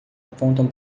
apontam